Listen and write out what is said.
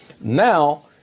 Now